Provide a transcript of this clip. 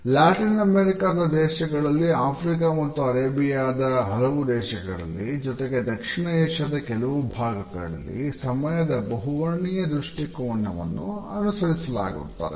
Latin ಅಮೇರಿಕದ ದೇಶಗಳಲ್ಲಿ Africa ಮತ್ತು ಅರೇಬಿಯಾದ ಹಲವು ದೇಶಗಳಲ್ಲಿ ಜೊತೆಗೆ ದಕ್ಷಿಣ ಏಷಿಯಾದ ಕೆಲವು ಭಾಗಗಳಲ್ಲಿ ಸಮಯದ ಬಹುವರ್ಣೀಯ ದೃಷ್ಟಿಕೋನವನ್ನು ಅನುಸರಿಸಲಾಗುತ್ತದೆ